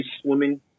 swimming